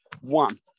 one